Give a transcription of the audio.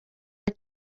were